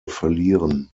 verlieren